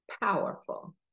powerful